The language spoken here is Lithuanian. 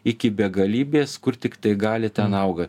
iki begalybės kur tiktai gali ten auga